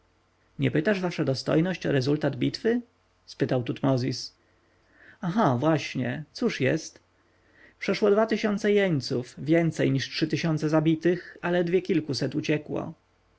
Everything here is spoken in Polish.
nie pytasz wasza dostojność o rezultat bitwy spytał tutmozis aha właśnie cóż jest przeszło dwa tysiące jeńców więcej niż trzy tysiące zabitych a ledwie kilkuset uciekło